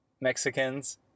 Mexicans